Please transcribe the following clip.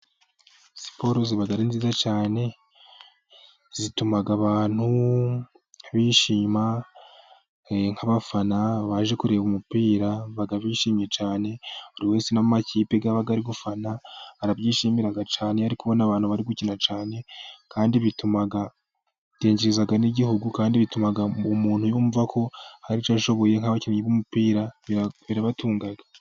Siporo ziba ari nziza cyane zituma abantu bishima nk'abafana baje kureba umupira baba bishimye cyane buri wese n'amakipe aba ari gufana arabyishimira cyane arikubona abantu bari gukina cyane kandi bituma byinjiriza n'igihugu kandi bituma umuntu yumva ko hari icyo ashoboye nk'abakinnyi b'umupira birabatunga.